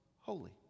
holy